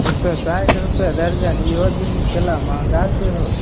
एक सए साठि रुपए दर्जन इहो दिन केला महङ्गा छै हौ